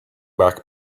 back